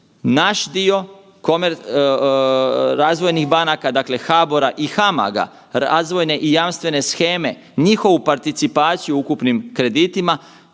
naš dio razvojnih banaka, dakle HBOR-a i HAMAG-a, razvojne i jamstvene sheme, njihovu participaciju u ukupnim kreditima,